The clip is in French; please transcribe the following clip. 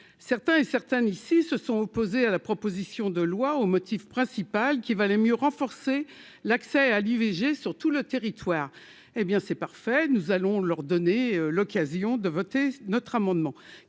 certains et certaines ici se sont opposés à la proposition de loi au motif principal qu'il valait mieux renforcer l'accès à l'IVG sur tout le territoire, hé bien, c'est parfait, nous allons leur donner l'occasion de voter notre amendement